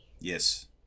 yes